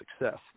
success